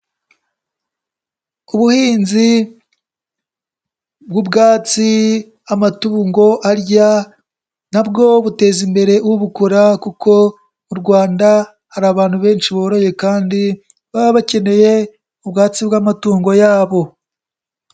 Ubuhinzi bw'ubwatsi amatungo arya na bwo buteza imbere ubukora kuko mu Rwanda hari abantu benshi boroye kandi baba bakeneye ubwatsi bw'amatungo yabo.